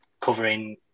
covering